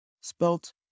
spelt